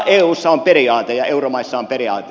eussa ja euromaissa on periaate